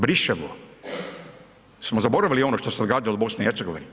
Briševo, jesmo zaboravilo ono što se događalo u BiH?